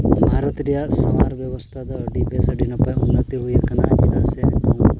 ᱵᱷᱟᱨᱚᱛ ᱨᱮᱭᱟᱜ ᱥᱟᱶᱟᱨ ᱵᱮᱵᱚᱥᱛᱷᱟ ᱫᱚ ᱟᱹᱰᱤ ᱵᱮᱹᱥ ᱟᱹᱰᱤ ᱱᱟᱯᱟᱭ ᱩᱱᱱᱚᱛᱤ ᱦᱩᱭ ᱠᱟᱱᱟ ᱪᱮᱫᱟᱜ ᱥᱮ